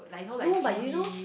no but you know